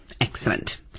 Excellent